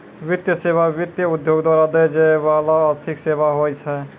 वित्तीय सेवा, वित्त उद्योग द्वारा दै जाय बाला आर्थिक सेबा होय छै